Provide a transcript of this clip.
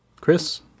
Chris